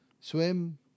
swim